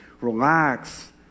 Relax